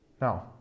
Now